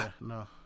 No